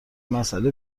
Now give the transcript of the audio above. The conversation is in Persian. مسئله